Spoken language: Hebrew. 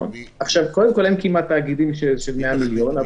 קודם כול, אין כמעט תאגידים של 100 מיליון.